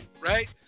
right